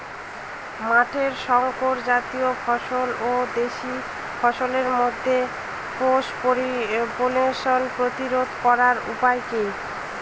মাঠের শংকর জাতীয় ফসল ও দেশি ফসলের মধ্যে ক্রস পলিনেশন প্রতিরোধ করার উপায় কি?